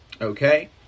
Okay